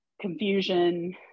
confusion